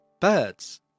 Birds